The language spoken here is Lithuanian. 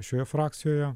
šioje frakcijoje